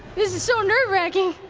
this is so nerve wracking.